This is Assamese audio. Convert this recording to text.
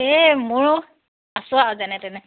এ মোৰো আছোঁ আৰু যেনে তেনে